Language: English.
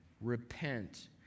repent